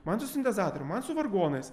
man su sintezatorium man su vargonais